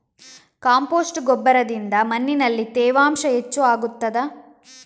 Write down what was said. Compost ಗೊಬ್ಬರದಿಂದ ಮಣ್ಣಿನಲ್ಲಿ ತೇವಾಂಶ ಹೆಚ್ಚು ಆಗುತ್ತದಾ?